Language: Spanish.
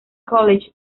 college